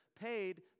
paid